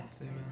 Amen